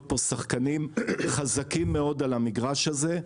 פה שחקנים חזקים מאוד על המגרש הזה,